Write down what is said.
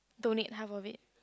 donate half of it